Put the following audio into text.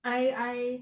I I